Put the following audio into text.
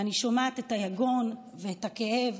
ואני שומעת את היגון ואת הכאב